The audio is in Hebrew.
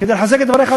כדי לחזק את דבריך,